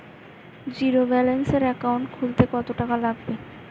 জিরোব্যেলেন্সের একাউন্ট খুলতে কত টাকা লাগবে?